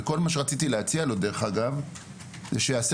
וכל מה שרציתי להציע לו דרך אגב זה שיעשה